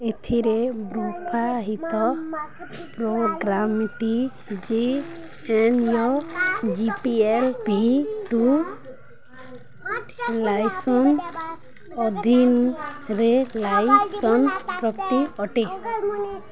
ଏଥିରେ ବ୍ୟବହୃତ ପ୍ରୋଗ୍ରାମଟି G N U G P L V two license ଅଧୀନରେ ଲାଇସେନ୍ସପ୍ରାପ୍ତ ଅଟେ